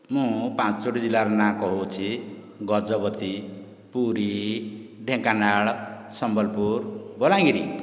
ମୁଁ ପାଞ୍ଚୋଟି ଜିଲ୍ଲାର ନାଁ କହୁଛି ଗଜପତି ପୁରୀ ଢେଙ୍କାନାଳ ସମ୍ବଲପୁର ବଲାଙ୍ଗୀର